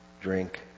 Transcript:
drink